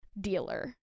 dealer